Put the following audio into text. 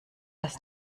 das